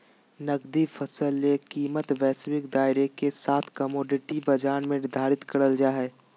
नकदी फसल ले कीमतवैश्विक दायरेके साथकमोडिटी बाजार में निर्धारित करल जा हइ